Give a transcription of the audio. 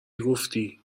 گفتی